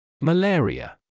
Malaria